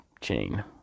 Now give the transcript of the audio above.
chain